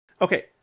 Okay